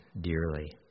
dearly